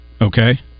okay